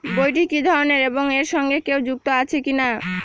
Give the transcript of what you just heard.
বইটি কি ধরনের এবং এর সঙ্গে কেউ যুক্ত আছে কিনা?